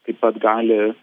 taip pat gali